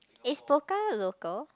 is Pokka local